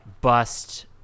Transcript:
Bust